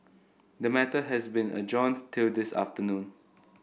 the matter has been adjourned till this afternoon